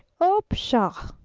oh, pshaw!